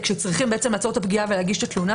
שצריך לעצור את הפגיעה ולהגיש את התלונה.